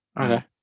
Okay